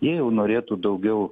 jie jau norėtų daugiau